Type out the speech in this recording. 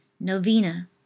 Novena